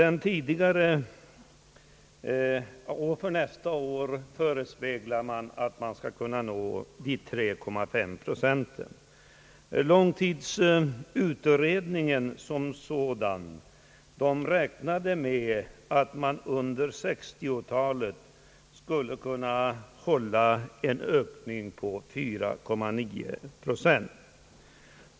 För nästa år förespeglas att den skall kunna nå 3,9 procent. Långtidsutredningen räknade med en årlig ökningstakt under 1960-talet på 4,9 procent.